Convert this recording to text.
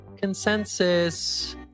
consensus